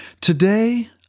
Today